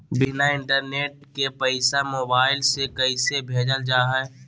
बिना इंटरनेट के पैसा मोबाइल से कैसे भेजल जा है?